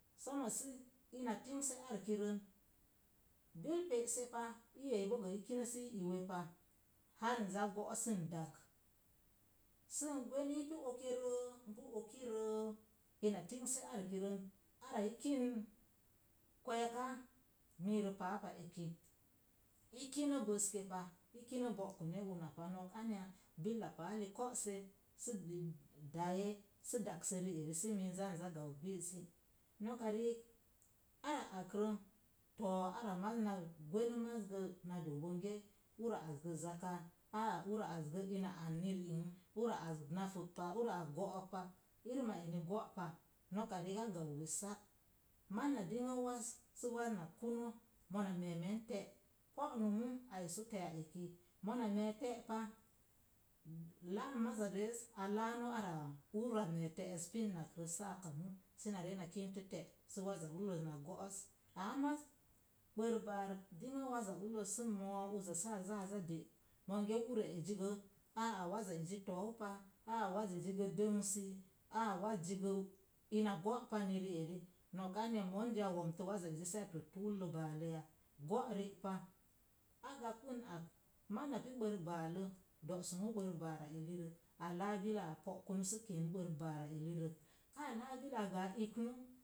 Sommo, si ina tingse arkirən, bil pe'se pa, iyei bo gə i kinə si iwe pa har n za go̱'o̱s sən dag, sən gweni ipu okeroo n pu okirəə, ina tingse arkirən ara i kinn kwe̱e̱ke miirə paa pa eki i kinə bəske pa, i kinə bo̱'kəne una pa nokanyo billa paali ko̱'se sə gə daye sə dakse ri'eri si miin za n za gau gbi'zəz. Noka riik ara akrə to̱o̱ ara maz na gwenə maz gə na doo bonge ura azgə zaka, aaa ura azgə ina anni ri'in, ura az nafək pa, ura az go̱'o̱kpa. Irim a eni go̱'pa, noka ri a gau wessa. Maz na dinŋə waz sə waz nakuno mona me̱e̱me̱n te̱t, po'nu mu a esu te̱'a eki. Mona me̱e̱ te̱’ pa, laam maza reez a laanu araa ura me̱e̱ te̱t pinnakrə saa kamu sa̱na re na kintə te̱t sə waza ulləz na go̱'o̱s. Ama maz bərk baar, dingə waza ulləz sə moo uza sə a zaa sa de’ monge ura ezigə, áaá waza ezi to̱o̱u pa, áaá waza ezigə dəngsi, aaá wazzigə ina go̱ panni ri'eri. Nok anya? Monzi a wo̱ntə wazzi saa tottu ullə baalə ya? Go̱’ ri’ pa. A gakpən ak maz napu bərk baalə do̱'sumu bərk baala elirə, aka bilaa abo̱’ kən sə keeo bərk baalə ekirə. Ka laa bilaa gə a iknuk